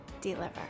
deliver